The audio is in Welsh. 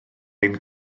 ein